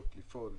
רבות לפעול.